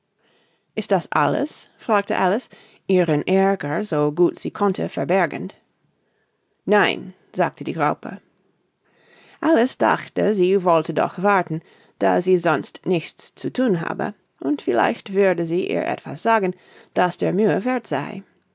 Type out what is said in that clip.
ist das alles fragte alice ihren aerger so gut sie konnte verbergend nein sagte die raupe alice dachte sie wollte doch warten da sie sonst nichts zu thun habe und vielleicht würde sie ihr etwas sagen das der mühe werth sei